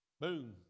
Boom